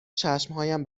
چشمهایم